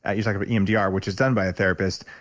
ah you talked about emdr, which is done by a therapist.